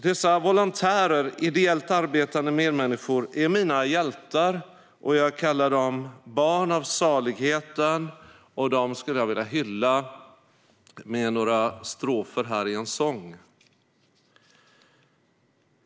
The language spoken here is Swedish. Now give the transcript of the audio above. Dessa volontärer, ideellt arbetande medmänniskor är mina hjältar, och jag kallar dem "barn av saligheten". Och dem vill jag hylla med några strofer ur en sång.